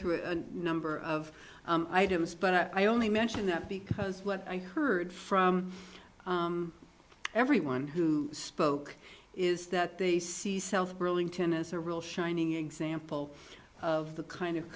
through a number of items but i only mention that because what i heard from everyone who spoke is that they see self burlington as a real shining example of the kind of